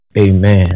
Amen